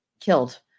killed